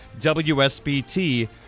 WSBT